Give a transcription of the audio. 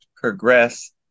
progress